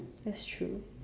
that's true